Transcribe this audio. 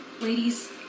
Ladies